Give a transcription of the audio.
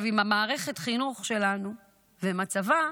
עם מערכת החינוך שלנו ומצבה,